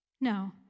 No